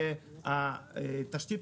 והתשתית